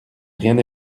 rien